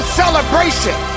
celebration